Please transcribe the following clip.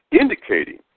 indicating